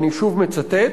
אני שוב מצטט,